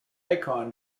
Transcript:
icon